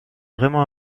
vraiment